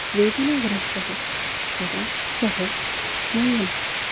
वेदनाग्रस्तः तदा सः स्वयं